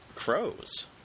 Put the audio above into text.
crows